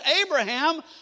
Abraham